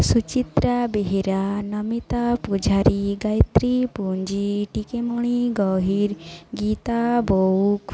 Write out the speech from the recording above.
Suchitra Behera Namita Pujari Gayatri Punji Tikemani Gahir Gita Bouk